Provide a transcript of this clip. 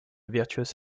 virtuous